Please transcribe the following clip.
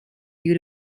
due